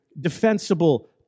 defensible